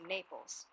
Naples